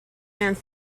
band